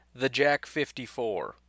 TheJack54